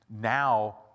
now